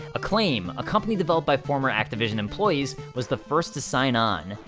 acclaim, a company developed by former activision employees, was the first to sign on.